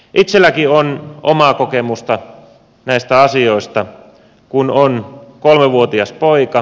itselläkin on omaa kokemusta näistä asioista kun on kolmevuotias poika